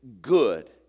good